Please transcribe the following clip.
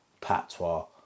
patois